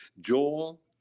Joel